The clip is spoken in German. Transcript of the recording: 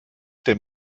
dem